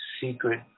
secret